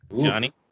Johnny